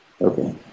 Okay